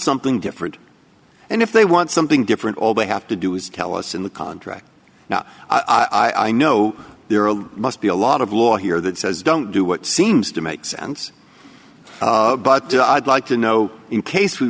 something different and if they want something different all they have to do is tell us in the contract now i know must be a lot of law here that says don't do what seems to make sense but i'd like to know in case we